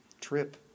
trip